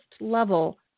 level